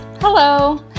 Hello